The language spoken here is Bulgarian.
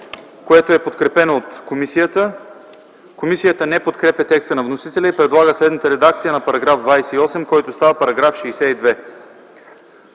което е подкрепено от комисията. Комисията не подкрепя текста на вносителя и предлага следната редакция на § 28, който става § 62: „§ 62.